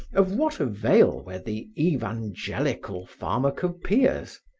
of what avail were the evangelical pharmacopoeias?